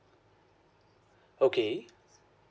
okay